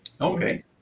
Okay